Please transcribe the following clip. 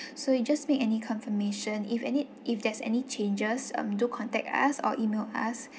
so you just make any confirmation if any if there's any changes um do contact us or E-mail us